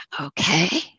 okay